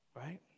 right